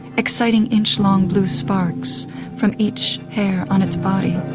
exciting inch-long blue sparks from each hair on its body.